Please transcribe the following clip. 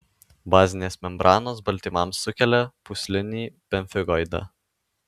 bazinės membranos baltymams sukelia pūslinį pemfigoidą